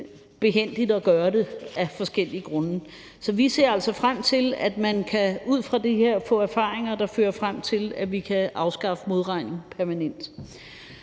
behændigt at gøre det af forskellige grunde. Så vi ser altså frem til, at man ud fra det her kan få erfaringer, der fører frem til, at vi kan afskaffe modregning permanent.